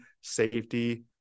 safety